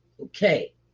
Okay